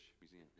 Museum